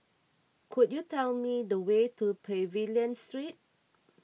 could you tell me the way to Pavilion Street